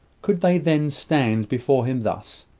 could they then stand before him thus?